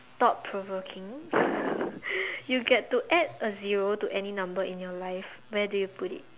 thought provoking you get to add a zero to any number in your life where do you put it